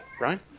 right